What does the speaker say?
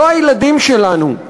לא הילדים שלנו,